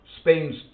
Spain's